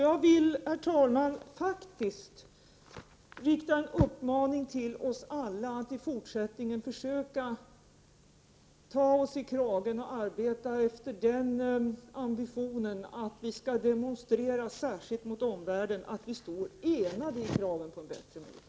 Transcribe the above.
Jag vill, herr talman, faktiskt rikta en uppmaning till oss alla att i fortsättningen försöka ta oss i kragen och arbeta efter den ambitionen att vi 109 skall demonstrera — särskilt mot omvärlden — att vi står enade i kraven på en bättre miljö.